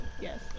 Yes